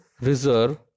reserve